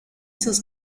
sus